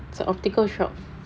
is a optical shop